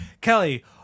Kelly